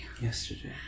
yesterday